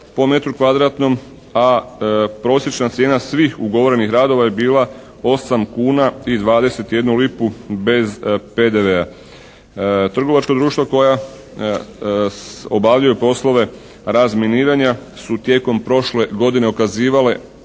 po metru kvadratnom, a prosječna cijena svih ugovorenih radova je bila 8 kuna i 21 lipu bez PDV-a. Trgovačka društva koja obavljaju poslove razminiranja su tijekom prošle godine ukazivala